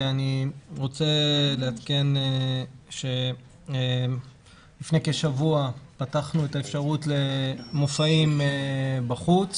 אני רוצה לעדכן שלפני כשבוע פתחנו את האפשרות למופעים בחוץ